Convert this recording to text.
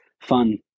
fun